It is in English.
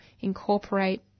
incorporate